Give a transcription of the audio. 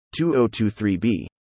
2023b